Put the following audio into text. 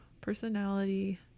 Personality